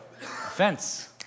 Offense